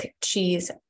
cheese